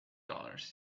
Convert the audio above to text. dollars